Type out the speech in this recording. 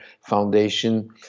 Foundation